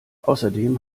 außerdem